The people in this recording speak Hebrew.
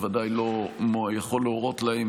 בוודאי לא יכול להורות להם